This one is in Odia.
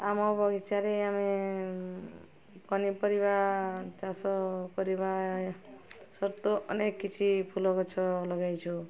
ଆମ ବଗିଚାରେ ଆମେ ପନିପରିବା ଚାଷ କରିବା ସତ୍ତ୍ୱେ ଅନେକ କିଛି ଫୁଲ ଗଛ ଲଗାଇଛୁ